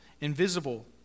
invisible